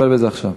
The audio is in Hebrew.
הנוכחית.